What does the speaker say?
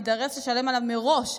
תידרש לשלם עליו מראש,